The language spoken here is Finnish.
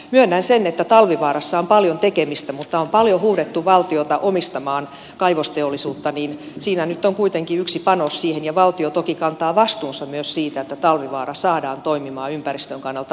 myönnän sen että talvivaarassa on paljon tekemistä mutta kun on paljon huudettu valtiota omistamaan kaivosteollisuutta niin siinä nyt on kuitenkin yksi panos siihen ja valtio toki kantaa vastuunsa myös siitä että talvivaara saadaan toimimaan ympäristön kannalta vastuullisesti